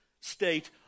state